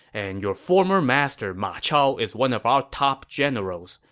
and your former master ma chao is one of our top generals,